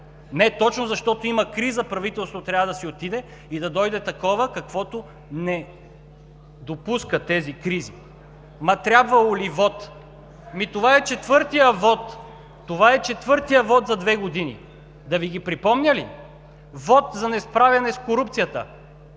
Не, точно защото има криза, правителството трябва да си отиде и да дойде такова, каквото не допуска тези кризи. Ма трябвало ли вот?! Ами това е четвъртият вот, това е четвъртият вот за две години! Да Ви ги припомня ли? Вот за несправяне с корупцията.